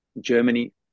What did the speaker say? Germany